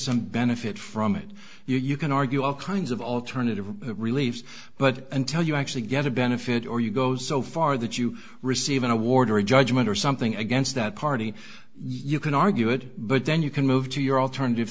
some benefit from it you can argue all kinds of alternative reliefs but until you actually get a benefit or you go so far that you receive an award or a judgment or something against that party you can argue it but then you can move to your alternative